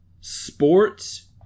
sports